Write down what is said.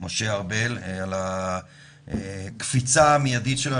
משה ארבל על הקפיצה המיידית שלו.